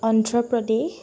Andhra Pradesh